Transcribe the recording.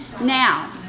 Now